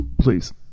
please